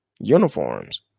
uniforms